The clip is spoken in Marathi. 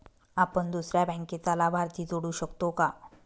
आपण दुसऱ्या बँकेचा लाभार्थी जोडू शकतो का?